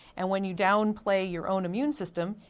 and when you downplay your own immune system,